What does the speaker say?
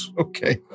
Okay